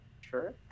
sure